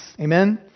Amen